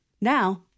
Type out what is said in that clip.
Now